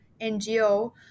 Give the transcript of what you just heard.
NGO